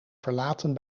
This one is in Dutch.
verlaten